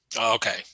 Okay